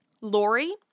Lori